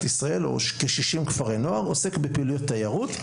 ישראל או כ-60 כפרי הנוער עוסק בפעילויות תיירות,